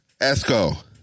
Esco